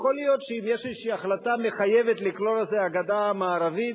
יכול להיות שאם יש איזושהי החלטה מחייבת לקרוא לזה "הגדה המערבית",